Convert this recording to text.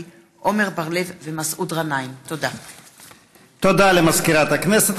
תודה למזכירת הכנסת.